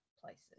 places